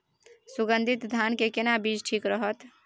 सुगन्धित धान के केना बीज ठीक रहत?